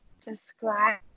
Describe